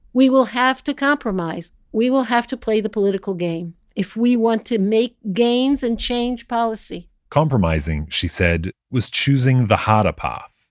we will have to compromise. we will have to play the political game if we want to make gains and change policy compromising, she said, was choosing the harder path.